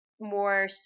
more